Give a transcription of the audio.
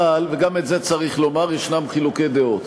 אבל, וגם את זה צריך לומר, יש חילוקי דעות.